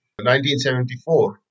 1974